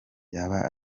yaba